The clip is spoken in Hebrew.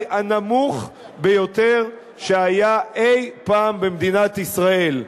הנמוך ביותר שהיה אי-פעם במדינת ישראל.